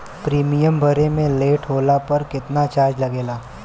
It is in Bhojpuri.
प्रीमियम भरे मे लेट होला पर केतना चार्ज लागेला?